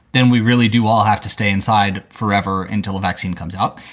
then we really do all have to stay inside forever until a vaccine comes up.